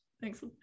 Thanks